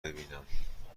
ببینم